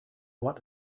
want